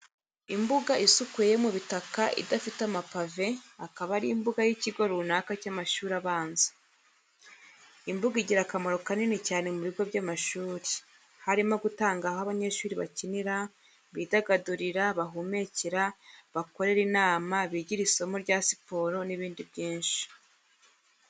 Imbuga isukuye yo mu bitaka idafite amapave, akaba ari imbuga y'ikigo runaka cy'amashuri abanza. Imbuga igira akamaro kanini cyane mu bigo by'amashuri, harimo gutanga aho abanyeshuri bakinira, bidagadurira, bahumekera, bakorera inama, bigira isomo rya siporo n'ibindi byinshi.